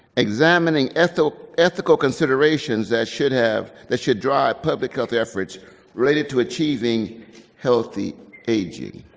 examining ethical ethical considerations that should have that should drive public health efforts related to achieving healthy aging.